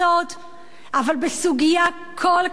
אבל בסוגיה כל כך רגישה,